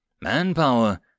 manpower